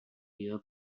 dio